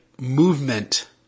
movement